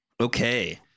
okay